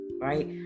Right